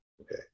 Okay